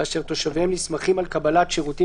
ואשר תושביהם נסמכים על קבלת שירותים